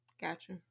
Gotcha